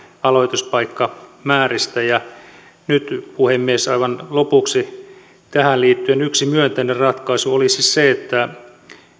aloituspaikkamääristä nyt puhemies aivan lopuksi tähän liittyen yksi myönteinen ratkaisu olisi se että